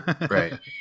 Right